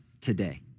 today